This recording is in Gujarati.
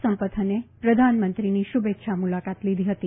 સંપથને પ્રધાનમંત્રીની શુભેચ્છા મુલાકાત લીધી હતી